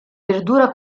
verdura